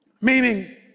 Meaning